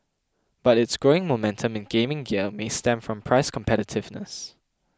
but its growing momentum in gaming gear may stem from price competitiveness